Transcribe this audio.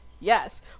Yes